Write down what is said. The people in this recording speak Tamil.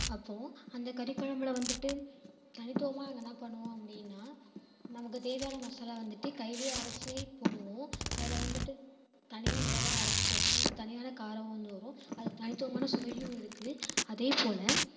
அப்புறம் அந்த கறி குழம்புல வந்துட்டு தனித்துவமாக என்னென்ன பண்ணுவோம் அப்படின்னா நமக்கு தேவையான மசாலா வந்துட்டு கைலிலேயே அரைத்து போடுவோம் அதில் வந்துட்டு தனியாக மிளகாய் அரைத்து போட்டால் அதுக்கு தனியான காரம் வந்து வரும் அது தனித்துவமான சுவையும் இருக்குது அதேப்போல்